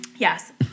Yes